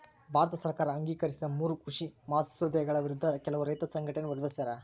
ಭಾರತ ಸರ್ಕಾರ ಅಂಗೀಕರಿಸಿದ ಮೂರೂ ಕೃಷಿ ಮಸೂದೆಗಳ ವಿರುದ್ಧ ಕೆಲವು ರೈತ ಸಂಘಟನೆ ವಿರೋಧಿಸ್ಯಾರ